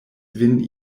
vin